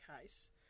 case